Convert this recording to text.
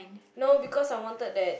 no because I wanted that